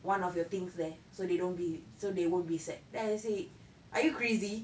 one of your things there so they don't be so they won't be sad then I said are you crazy